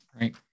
right